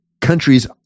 countries